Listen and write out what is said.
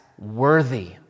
worthy